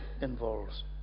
involves